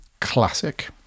Classic